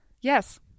Yes